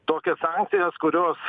tokias sankcijas kurios